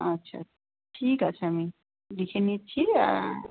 আচ্ছা ঠিক আছে আমি লিখে নিচ্ছি আর